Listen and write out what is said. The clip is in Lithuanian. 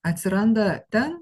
atsiranda ten